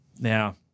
Now